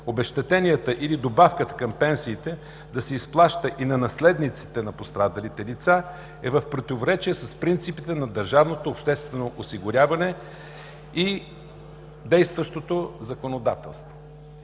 обезщетенията или добавката към пенсиите да се изплащат и на наследниците на пострадалите лица, е в противоречие с принципите на държавното обществено осигуряване и действащото законодателство.